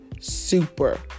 super